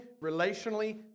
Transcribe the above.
relationally